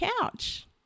couch